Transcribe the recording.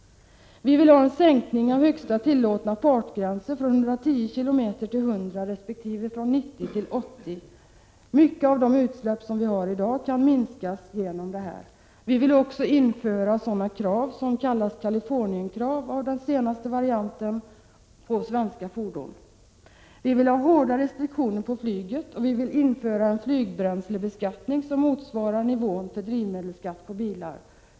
Vi vill ha en sänkning av högsta tillåtna fartgränser från 110 km till 100 resp. från 90 km till 80. Mycket av de utsläpp som görs i dag kan minskas på detta sätt. Vi vill också införa sådana krav som kallas Kalifornienkrav av den senaste varianten på svenska fordon. Vi vill ha hårda restriktioner på flyget, och vi vill införa en flygbränslebeskattning som motsvarar nivån för drivmedelsskatten på bilar.